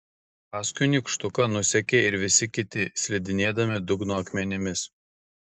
paskui nykštuką nusekė ir visi kiti slidinėdami dugno akmenimis